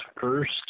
first